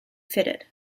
fitted